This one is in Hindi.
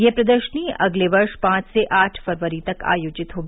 यह प्रदर्शनी अगले वर्ष पांच से आठ फरवरी तक आयोजित होगी